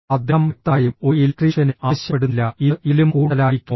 അദ്ദേഹം വ്യക്തമായും ഒരു ഇലക്ട്രീഷ്യനെ ആവശ്യപ്പെടുന്നില്ല ഇത് ഇതിലും കൂടുതലായിരിക്കുമോ